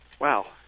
Wow